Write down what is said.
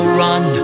run